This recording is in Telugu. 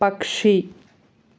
పక్షి